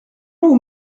nous